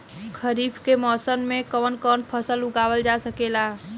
खरीफ के मौसम मे कवन कवन फसल उगावल जा सकेला?